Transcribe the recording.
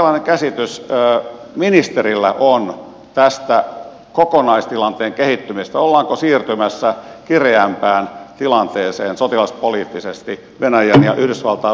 minkälainen käsitys ministerillä on tästä kokonaistilanteen kehittymisestä ollaanko siirtymässä kireämpään tilanteeseen sotilaspoliittisesti venäjän ja yhdysvaltain välillä mikä heijastuu eurooppaan